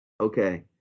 Okay